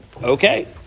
Okay